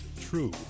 true